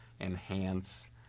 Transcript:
enhance